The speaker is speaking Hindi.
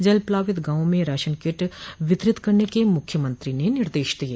जलप्लावित गांवों में राशन किट वितरित करने के मुख्यमंत्री ने निर्देश दिये